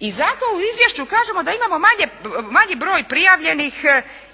I zato u izvješću kažemo da imamo manji broj prijavljenih